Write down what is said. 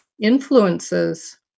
influences